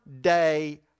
day